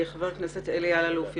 חבר הכנסת אלי אלאלוף,